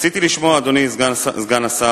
רציתי לשמוע, אדוני סגן השר,